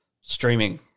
streaming